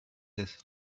his